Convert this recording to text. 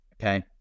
okay